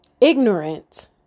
ignorant